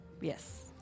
Yes